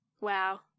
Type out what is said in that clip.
Wow